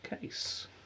case